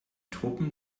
truppen